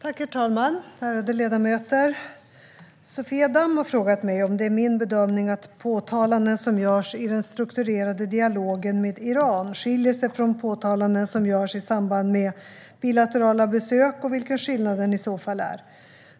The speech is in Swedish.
Herr talman! Ärade ledamöter! Sofia Damm har frågat mig om det är min bedömning att påtalanden som görs i den strukturerade dialogen med Iran skiljer sig från påtalanden som görs i samband med bilaterala besök och vilken skillnaden i så fall är.